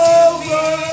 over